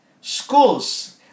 schools